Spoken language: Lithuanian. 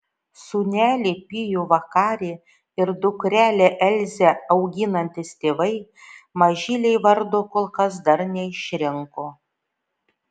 sūnelį pijų vakarį ir dukrelę elzę auginantys tėvai mažylei vardo kol kas dar neišrinko